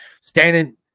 Standing